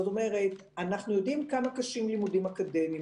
אנחנו יודעים כמה קשים לימודים אקדמיים,